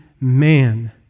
man